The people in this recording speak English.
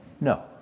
No